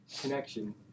connection